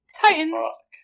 Titans